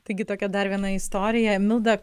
taigi tokia dar viena istorija milda